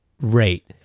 rate